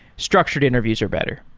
structured interviews are better.